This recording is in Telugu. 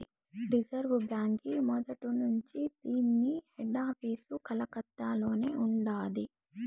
రిజర్వు బాంకీ మొదట్నుంచీ దీన్ని హెడాపీసు కలకత్తలోనే ఉండాది